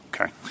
Okay